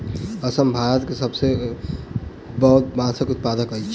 असम भारत के सबसे पैघ बांसक उत्पादक अछि